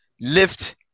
Lift